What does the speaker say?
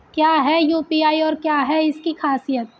क्या है यू.पी.आई और क्या है इसकी खासियत?